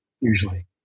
usually